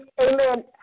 amen